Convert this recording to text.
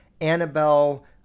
Annabelle